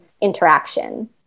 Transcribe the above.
interaction